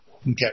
Okay